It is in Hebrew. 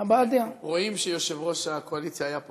רואים שיושב-ראש הקואליציה היה פה